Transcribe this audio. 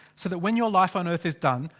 so that when your life on earth is done.